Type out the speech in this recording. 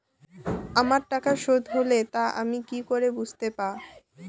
আমার টাকা শোধ হলে তা আমি কি করে বুঝতে পা?